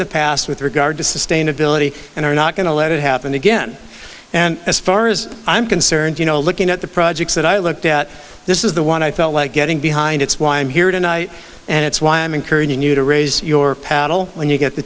the past with regard to sustainability and are not going to let it happen again and as far as i'm concerned you know looking at the projects that i looked at this is the one i felt like getting behind it's why i'm here tonight and it's why i'm encouraging you to raise your paddle when you get the